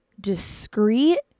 discreet